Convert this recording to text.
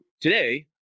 today